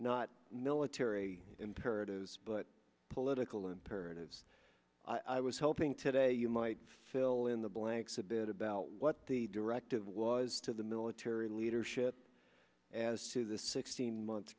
not military imperatives but political imperatives i was hoping today you might fill in the blanks a bit about what the directive was to the military leadership as to the sixteen month